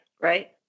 right